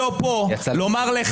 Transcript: על המפגינים,